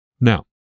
Now